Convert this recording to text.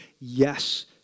yes